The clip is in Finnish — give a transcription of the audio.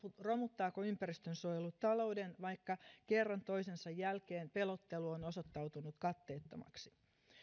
romuttaako ympäristönsuojelu talouden vaikka kerran toisensa jälkeen pelottelu on osoittautunut katteettomaksi